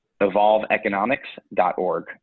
evolveeconomics.org